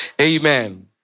Amen